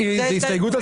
מי בעד ההסתייגות?